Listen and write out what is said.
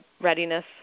readiness